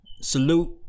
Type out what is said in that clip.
salute